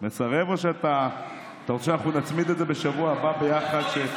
או שאתה רוצה שאנחנו נצמיד את זה בשבוע הבא ביחד?